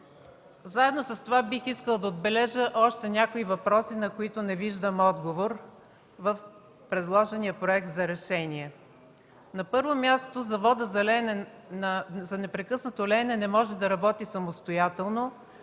Заедно с това бих искала да отбележа още някои въпроси, на които не виждам отговор в предложения проект за решение. На първо място, Заводът за непрекъснато леене на стомана не може да работи самостоятелно.